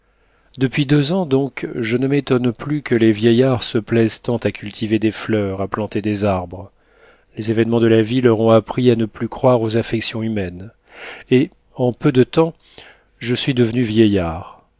depuis deux ans donc je ne m'étonne plus que les vieillards se plaisent tant à cultiver des fleurs à planter des arbres les événements de la vie leur ont appris à ne plus croire aux affections humaines et en peu de temps je suis devenu vieillard